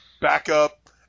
backup